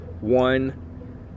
one